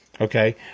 Okay